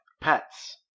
Pets